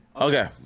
Okay